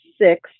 six